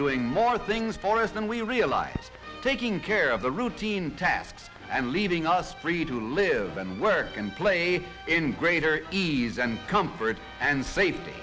doing more things for us and we realized taking care of the routine tasks and leaving us free to live and work and play in greater ease and comfort and safety